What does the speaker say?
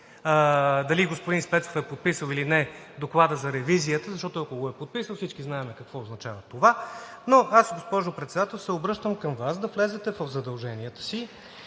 дали господин Спецов е подписал, или не Доклада за ревизията, защото, ако го е подписал, всички знаем какво означава това. Но аз, госпожо Председател, се обръщам към Вас да влезете в задълженията си